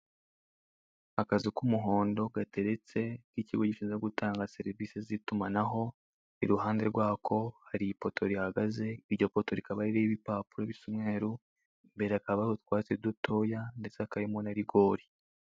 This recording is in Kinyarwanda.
Akazu k'umuhondo gateretse, k'ikigo gishinzwe gutanga serivise z'itumanaho, iruhande rwaho hari ipoto rihagaze, iryo poto rukaba ririho ibipapuro bisa umweru, imbere hakaba hari utwatsi dutoya, ndetse hakaba harimo na rigori.